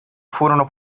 furono